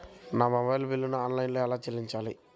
నా మొబైల్ బిల్లును ఆన్లైన్లో ఎలా చెల్లించాలి?